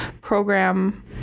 program